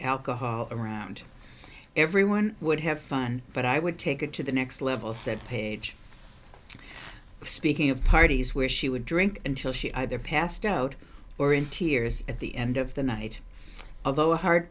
alcohol around everyone would have fun but i would take it to the next level said page speaking of parties where she would drink until she either passed out or in tears at the end of the night